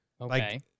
Okay